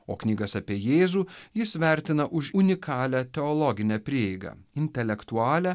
o knygas apie jėzų jis vertina už unikalią teologinę prieigą intelektualią